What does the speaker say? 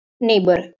neighbor